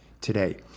today